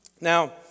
Now